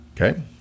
okay